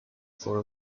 for